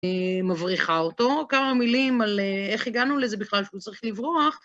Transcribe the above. מבריחה אותו. כמה מילים על איך הגענו לזה בכלל שהוא צריך לברוח.